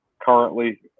currently